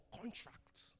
contract